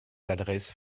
adresses